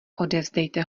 odevzdejte